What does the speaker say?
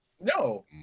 No